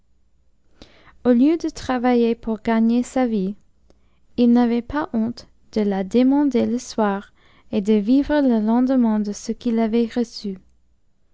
au lieu de travailler pour gagner sa vie il n'avait pas honte de la demander le soir et de vivre le lendemain de ce qu'ii avait reçu